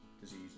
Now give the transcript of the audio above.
disease